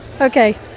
okay